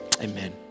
amen